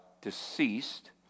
deceased